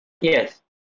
Yes